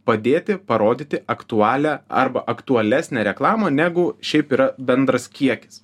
padėti parodyti aktualią arba aktualesnę reklamą negu šiaip yra bendras kiekis